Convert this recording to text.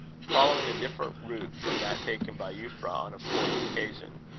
following a different route from that taken by euphra on a former occasion.